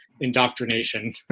indoctrination